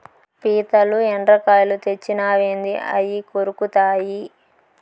పీతలు, ఎండ్రకాయలు తెచ్చినావేంది అయ్యి కొరుకుతాయి